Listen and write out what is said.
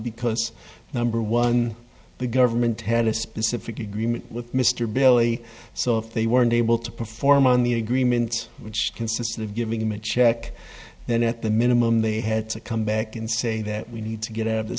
because number one the government had a specific agreement with mr billy so if they weren't able to perform on the agreement which consists of giving him a check then at the minimum they had to come back and say that we need to get out of the